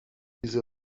diese